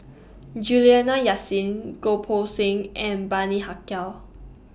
Juliana Yasin Goh Poh Seng and Bani Haykal